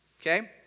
Okay